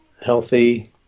healthy